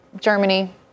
Germany